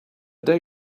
day